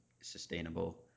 sustainable